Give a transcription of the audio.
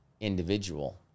individual